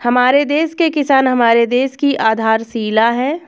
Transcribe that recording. हमारे देश के किसान हमारे देश की आधारशिला है